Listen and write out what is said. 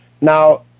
now